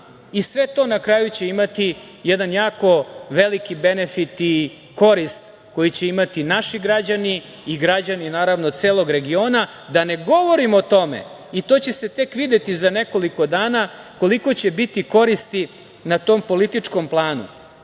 i sve to na kraju će imati jedan jako veliki benefit i korist koju će imati naši građani i građani celog regiona. Da ne govorim o tome, i to će se tek videti za nekoliko dana, koliko će biti koristi na tom političkom planu,